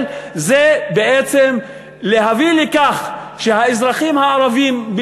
זה בעצם להביא לכך שהאזרחים הערבים,